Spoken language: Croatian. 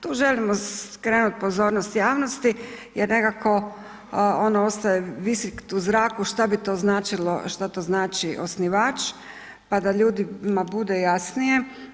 Tu želimo skrenuti pozornost javnosti jer nekako on ostaje visiti u zraku što bi to značilo, što to znači osnivač pa da ljudima bude jasnije.